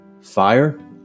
fire